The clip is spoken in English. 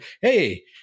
Hey